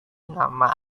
nama